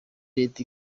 leta